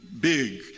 big